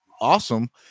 awesome